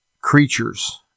creatures